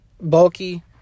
bulky